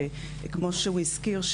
כמו שהוא הזכיר,